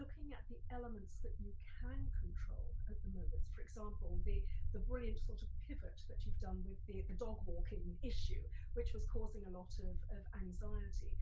looking at the elements that you can control at the moment, for example, the the brilliant sort of pivot that you've done with the the dog walking issue, which was causing a lot of of anxiety,